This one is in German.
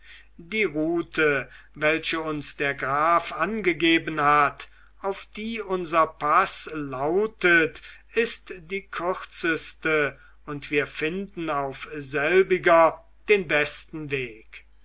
die route welche uns der herr graf angegeben hat auf die unser paß lautet ist die kürzeste und wir finden auf selbiger den besten weg